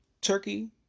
Turkey